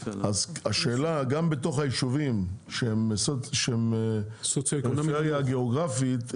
אז השאלה גם בתוך היישובים שהם פריפריה גיאוגרפית,